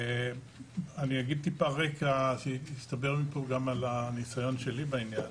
אני אגיד טיפה רקע שיספר גם על הנסיון שלי בעניין.